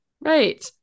Right